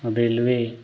railway